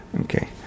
okay